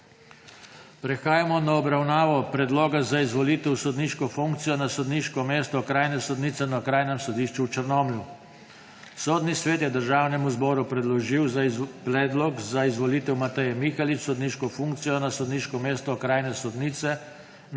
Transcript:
Prehajamo na obravnavo Predloga za izvolitev v sodniško funkcijo na sodniško mesto okrajne sodnice na Okrajnem sodišču v Črnomlju. Sodni svet je Državnemu zboru predložil predlog za izvolitev Mateje Mihalič v sodniško funkcijo na sodniško mesto okrajne sodnice na Okrajnem sodišču v Črnomlju.